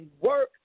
work